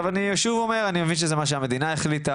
אני שוב אומר, אני מבין שזה מה שהמדינה החליטה,